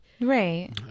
right